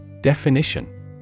Definition